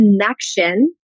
connection